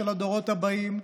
של הדורות הבאים,